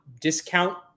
discount